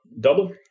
double